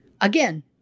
Again